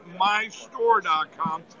mystore.com